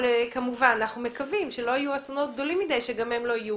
אנחנו מקווים שלא יהיו אסונות גדולות מדי כך שגם הם לא יהיו